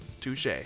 Touche